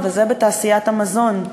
וזה בתעשיית המזון.